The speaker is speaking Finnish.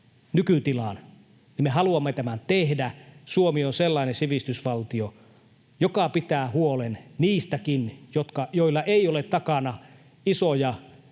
nykytilaan, niin me haluamme tämän tehdä, Suomi on sellainen sivistysvaltio, joka pitää huolen niistäkin, joilla ei ole takana isoja